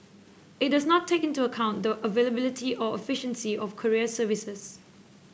it does not take into account the availability or efficiency of courier services